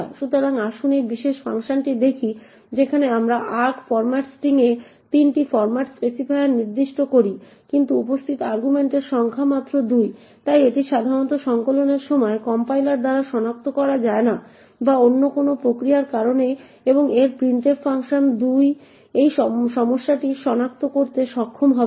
সুতরাং আসুন এই বিশেষ ফাংশনটি দেখি যেখানে আমরা আর্গ ফরম্যাট স্ট্রিং এ 3টি ফর্ম্যাট স্পেসিফায়ার নির্দিষ্ট করি কিন্তু উপস্থিত আর্গুমেন্টের সংখ্যা মাত্র 2 তাই এটি সাধারণত সংকলনের সময় কম্পাইলার দ্বারা সনাক্ত করা যায় না বা অন্য কোন প্রক্রিয়ার কারণে এবং এর প্রিন্টএফ ফাংশন 2 এই সমস্যাটি সনাক্ত করতে সক্ষম হবে না